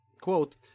quote